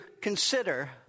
consider